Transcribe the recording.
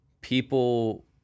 people